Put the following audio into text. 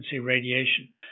radiation